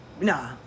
Nah